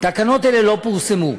תקנות אלה לא פורסמו.